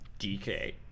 DK